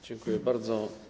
Dziękuję bardzo.